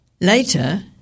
Later